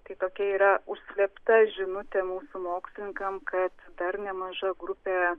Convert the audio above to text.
tai tokia yra užslėpta žinutė mūsų mokslininkam kad dar nemaža grupė